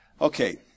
Okay